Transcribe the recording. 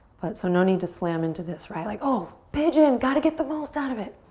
but so no need to slam into this, right? like, oh, pigeon! got to get the most out of it.